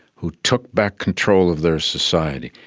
who took back control of their society.